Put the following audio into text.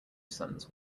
sons